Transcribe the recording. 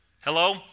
Hello